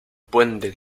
puente